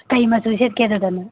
ꯀꯩ ꯃꯆꯨ ꯁꯦꯠꯀꯦ ꯑꯗꯨꯗꯅ